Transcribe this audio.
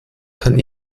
kann